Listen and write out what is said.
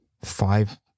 five